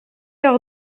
leur